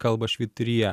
kalba švyturyje